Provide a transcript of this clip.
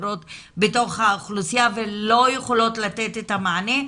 אחרות בתוך האוכלוסייה ולא יכולים לתת את המענה.